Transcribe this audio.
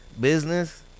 business